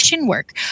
work